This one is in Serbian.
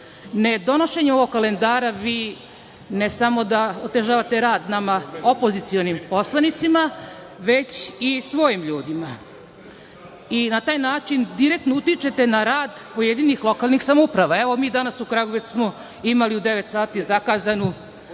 Nedonošenje ovog kalendara vi ne samo da otežavate rad nama opozicionim poslanicima, već i svojim ljudima. Na taj način direktno utičete na rad pojedinih lokalnih samouprava. Evo, mi danas u Kragujevcu smo imali u 09,00 časova zakazanu